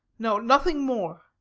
no, nothing more.